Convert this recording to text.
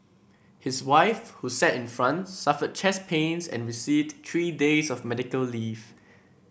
his wife who sat in front suffered chest pains and received three days of medical leave